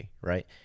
right